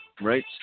right